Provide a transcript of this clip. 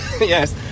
yes